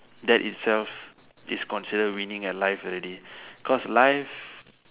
that itself is considered winning at life already